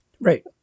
Right